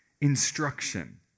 instruction